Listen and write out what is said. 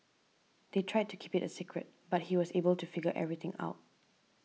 they tried to keep it a secret but he was able to figure everything out